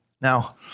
Now